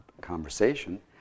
conversation